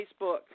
Facebook